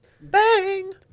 Bang